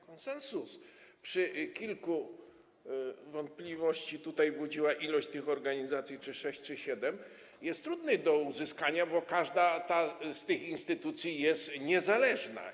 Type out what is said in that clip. Konsensus przy kilku organizacjach - wątpliwości tutaj budziła ilość tych organizacji: czy sześć, czy siedem - jest trudny do uzyskania, bo każda z tych instytucji jest niezależna.